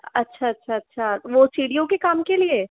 अच्छा अच्छा अच्छा वो सीढ़ियों के काम के लिए